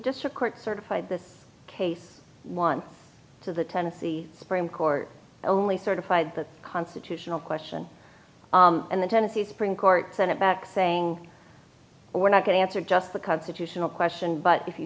district court certified this case one to the tennessee supreme court only certified the constitutional question and the tennessee supreme court sent it back saying we're not going to answer just the constitutional question but if